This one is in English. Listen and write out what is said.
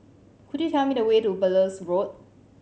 could you tell me the way to Belilios Road